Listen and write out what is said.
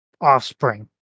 offspring